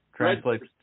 Translates